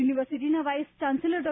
યુનિવર્સિટીના vice chancellor ડો